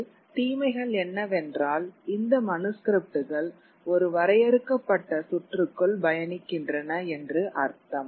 இதில் தீமைகள் என்னவென்றால் இந்த மனுஸ்கிரிப்ட்கள் ஒரு வரையறுக்கப்பட்ட சுற்றுக்குள் பயணிக்கின்றன என்று அர்த்தம்